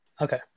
Okay